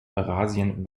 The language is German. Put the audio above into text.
eurasien